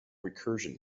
recursion